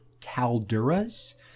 calderas